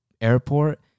airport